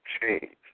change